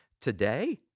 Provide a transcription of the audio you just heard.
Today